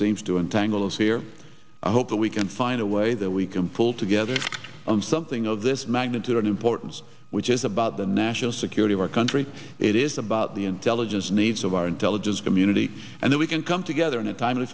seems to untangle us here i hope that we can find a way that we can pull together on something of this magnitude and importance which is about the national security of our country it is about the intelligence needs of our intelligence community and that we can come together in a timely